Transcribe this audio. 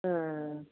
ആ